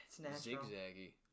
zigzaggy